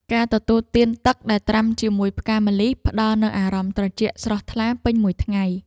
ការទទួលទានទឹកដែលត្រាំជាមួយផ្កាម្លិះ ផ្តល់នូវអារម្មណ៍ត្រជាក់ស្រស់ថ្លាពេញមួយថ្ងៃ។